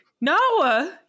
No